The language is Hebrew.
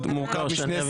מה זה א(2)?